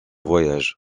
voyages